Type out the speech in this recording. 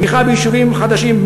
תמיכה ביישובים חדשים,